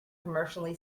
commercially